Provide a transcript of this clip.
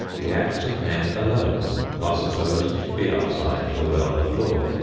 the acts of men alone are supposed to be outside the realm of law.